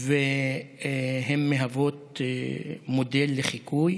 הן מהוות מודל לחיקוי